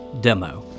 demo